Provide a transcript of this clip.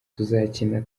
tuzakina